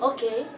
Okay